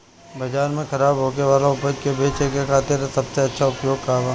बाजार में खराब होखे वाला उपज को बेचे के खातिर सबसे अच्छा उपाय का बा?